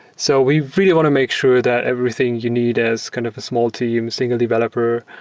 so we really want to make sure that everything you need as kind of a small team, single developer,